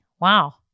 wow